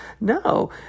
No